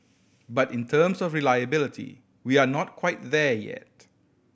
but in terms of reliability we are not quite there yet